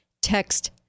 Text